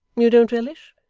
you don't relish?